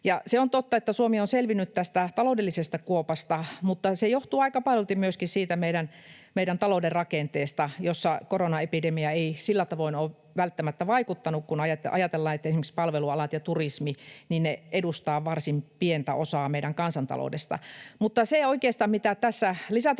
Se on totta, että Suomi on selvinnyt tästä taloudellisesta kuopasta, mutta se johtuu aika paljolti myöskin siitä meidän talouden rakenteesta, jossa koronaepidemia ei sillä tavoin ole välttämättä vaikuttanut, kun ajatellaan, että esimerkiksi palvelualat ja turismi edustavat varsin pientä osaa meidän kansantaloudesta. Mutta se oikeastaan, mitä tässä